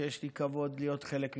שיש לי כבוד להיות חלק ממנה,